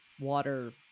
water